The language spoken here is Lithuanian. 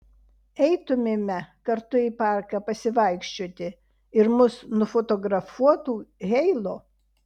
eitumėme kartu į parką pasivaikščioti ir mus nufotografuotų heilo